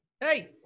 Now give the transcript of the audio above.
Hey